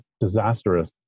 disastrous